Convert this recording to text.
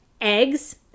eggs